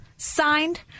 Signed